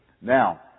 now